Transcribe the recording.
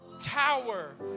tower